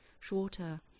shorter